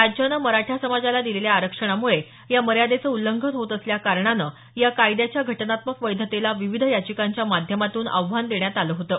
राज्यानं मराठा समाजाला दिलेल्या आरक्षणामुळे या मर्यादेचं उल्लंघन होत असल्या कारणानं या कायद्याच्या घटनात्मक वैधतेला विविध याचिकांच्या माध्यमातून आव्हान देण्यात आलं होतं